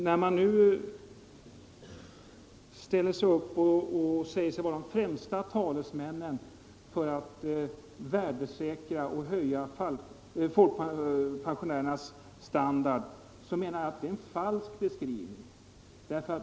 När man nu ställer sig upp och säger sig vara de främsta talesmännen för att värdesäkra och höja folkpensionärernas standard, så menar jag att det är en falsk beskrivning.